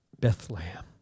Bethlehem